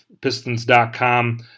Pistons.com